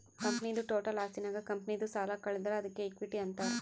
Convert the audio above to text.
ಕಂಪನಿದು ಟೋಟಲ್ ಆಸ್ತಿನಾಗ್ ಕಂಪನಿದು ಸಾಲ ಕಳದುರ್ ಅದ್ಕೆ ಇಕ್ವಿಟಿ ಅಂತಾರ್